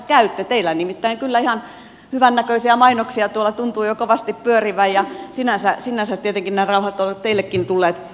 teillä nimittäin kyllä ihan hyvännäköisiä mainoksia tuolla tuntuu jo kovasti pyörivän ja sinänsä tietenkin ne rahat ovat teillekin tulleet tarpeeseen